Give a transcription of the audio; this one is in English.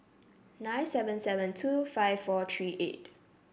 nine seven seven two five four three eight